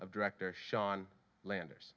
of director sean landers